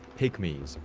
pygmies,